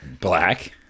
Black